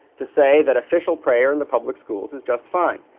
to say that official prayer in the public schools is just fine.